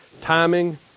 Timing